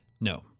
No